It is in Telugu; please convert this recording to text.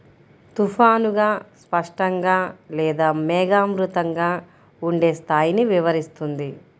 తుఫానుగా, స్పష్టంగా లేదా మేఘావృతంగా ఉండే స్థాయిని వివరిస్తుంది